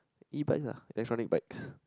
E bikes lah electronic bikes